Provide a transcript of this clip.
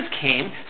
came